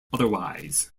otherwise